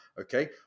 Okay